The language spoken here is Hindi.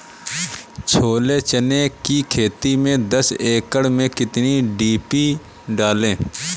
छोले चने की खेती में दस एकड़ में कितनी डी.पी डालें?